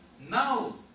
Now